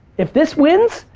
if this wins,